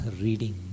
reading